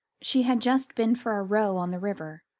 she had just been for a row on the river,